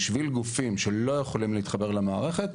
בשביל גופים שלא יכולים להתחבר למערכת,